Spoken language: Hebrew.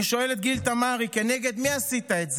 אני שואל את גיל תמרי: כנגד מי עשית את זה?